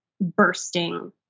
bursting